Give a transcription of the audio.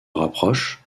rapproche